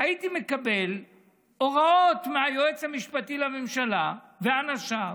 הייתי מקבל הוראות מהיועץ המשפטי לממשלה ומאנשיו